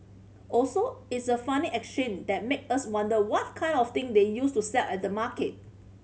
also it's a funny exchange that makes us wonder what kind of thing they used to sell at the market